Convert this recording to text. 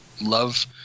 love